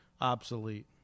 obsolete